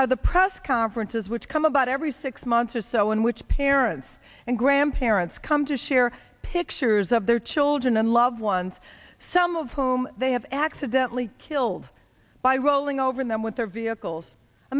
are the press conferences which come about every six months or so in which parents and grandparents come to share pictures of their children and loved ones some of whom they have accidentally killed by rolling over them with their vehicles i